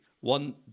One